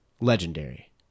Legendary